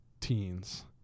teens